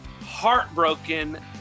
heartbroken